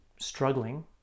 struggling